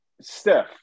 Steph